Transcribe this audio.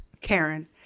Karen